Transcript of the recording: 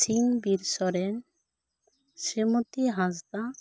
ᱥᱤᱝ ᱵᱤᱨ ᱥᱚᱨᱮᱱ ᱥᱮᱢᱚᱛᱤ ᱦᱟᱸᱥᱫᱟ